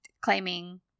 claiming